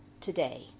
today